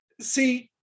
See